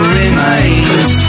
remains